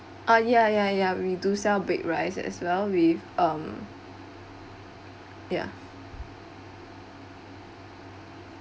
ah ya ya ya we do sell baked rice as well with um ya